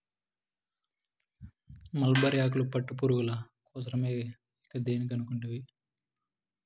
mulberry ఆకులు పట్టుపురుగుల కోసరమే ఇంకా దేని కనుకుంటివి